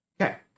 Okay